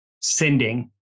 sending